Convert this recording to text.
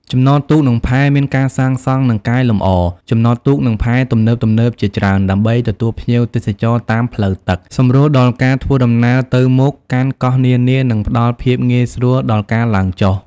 ចំណតទូក និងផែ មានការសាងសង់ និងកែលម្អ ចំណតទូក និងផែ ទំនើបៗជាច្រើន ដើម្បី ទទួលភ្ញៀវទេសចរតាមផ្លូវទឹក សម្រួលដល់ការធ្វើដំណើរទៅមកកាន់កោះនានា និងផ្តល់ភាពងាយស្រួលដល់ការឡើងចុះ។